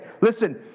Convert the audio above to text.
listen